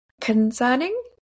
concerning